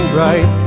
right